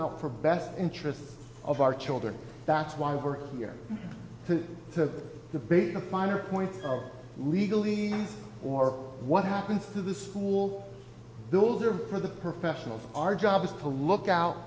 out for best interests of our children that's why we're here to debate the finer points of legally or what happens to the school those are for the professionals our job is to look out